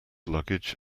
luggage